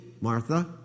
Martha